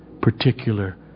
particular